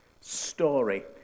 story